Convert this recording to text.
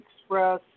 Express